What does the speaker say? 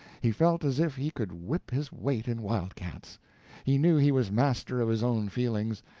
he felt as if he could whip his weight in wildcats he knew he was master of his own feelings,